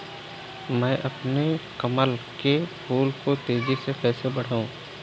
मैं अपने कमल के फूल को तेजी से कैसे बढाऊं?